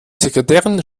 sekretärin